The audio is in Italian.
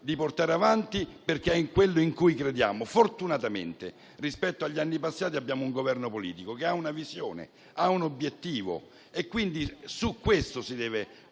di portare avanti ciò in cui crede. Fortunatamente, rispetto agli anni passati, abbiamo un Governo politico che ha una visione e un obiettivo: su questo si deve